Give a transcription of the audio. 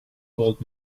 gold